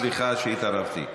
סליחה שהתערבתי.